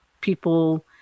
people